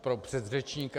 Pro předřečníka.